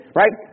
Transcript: right